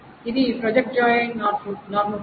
ఇది project join normal form